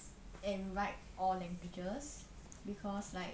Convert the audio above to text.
and write all languages because like